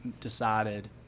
decided